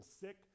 sick